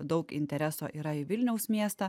daug intereso yra į vilniaus miestą